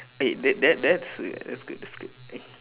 eh that that that's that's good that's good